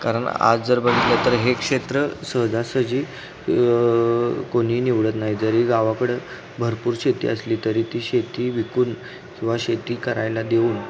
कारण आज जर बघितलं तर हे क्षेत्र सहजासहजी कोणीही निवडत नाही जरी गावाकडं भरपूर शेती असली तरी ती शेती विकून किंवा शेती करायला देऊन